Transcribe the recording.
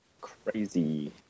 Crazy